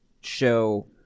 show